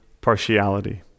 partiality